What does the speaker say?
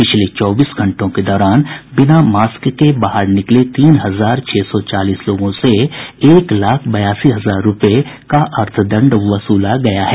पिछले चौबीस घंटों के दौरान बिना मास्क के बाहर निकले तीन हजार छह सौ चालीस लोगों से एक लाख बयासी हजार रूपये का अर्थ दंड वसूला गया है